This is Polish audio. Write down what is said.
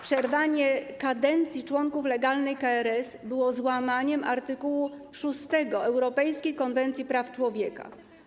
Przerwanie kadencji członków legalnej KRS było złamaniem art. 6 Europejskiej Konwencji Praw Człowieka.